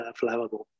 flammable